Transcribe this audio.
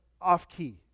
off-key